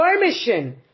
permission